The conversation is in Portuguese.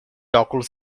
óculos